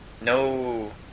No